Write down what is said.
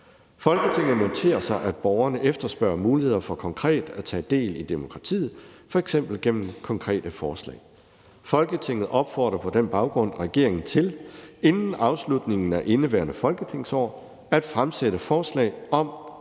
Folketinget noterer sig, at borgerne efterspørger muligheder for konkret at tage del i demokratiet, f.eks. gennem konkrete forslag. Folketinget opfordrer på den baggrund regeringen til inden afslutningen af indeværende folketingsår at fremsætte forslag om at